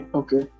okay